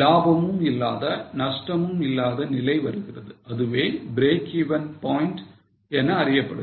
லாபமும் இல்லாத நஷ்டமும் இல்லாத நிலை வருகிறது அதுவே breakeven point என அறியப்படுகிறது